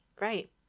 Right